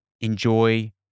enjoy